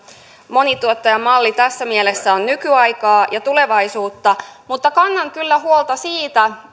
monituottajamalli tässä mielessä on nykyaikaa ja tulevaisuutta mutta kannan kyllä huolta siitä